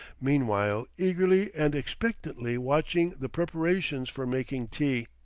meanwhile eagerly and expectantly watching the preparations for making tea.